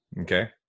Okay